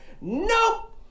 Nope